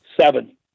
Seven